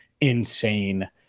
insane